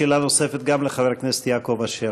שאלה נוספת גם לחבר הכנסת יעקב אשר.